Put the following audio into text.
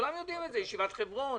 כולם יודעים את זה: ישיבת חברון,